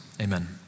Amen